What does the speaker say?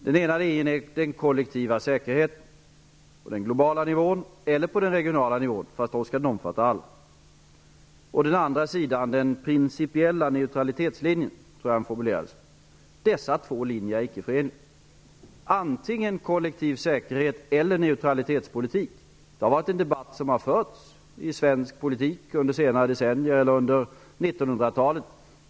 Den ena linjen är den kollektiva säkerheten på den globala eller regionala nivån, där den skall omfatta alla. Den andra linjen är den principiella neutralitetslinjen -- jag tror det var så han formulerade sig. Dessa två linjer är icke förenliga. Antingen har man kollektiv säkerhet eller neutralitetspolitik. Den debatten har med viss frekvens förts i svensk politik under senare decennier under 1900-talet.